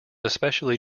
especially